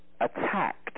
attacked